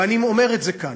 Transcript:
ואני אומר את זה כאן: